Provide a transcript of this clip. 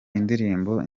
indirimbo